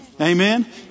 Amen